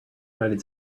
united